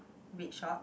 red shorts